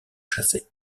chasser